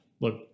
Look